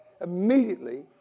immediately